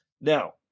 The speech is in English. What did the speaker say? Now